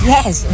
Yes